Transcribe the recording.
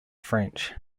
french